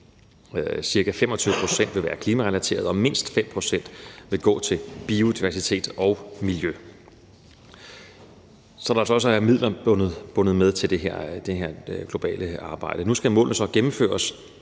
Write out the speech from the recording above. Ca. 25 pct. vil være klimarelaterede, og mindst 5 pct. vil gå til biodiversitet og miljø. Så der er altså også midler bundet til det her globale arbejde. Kl. 12:59 Nu skal målene så gennemføres,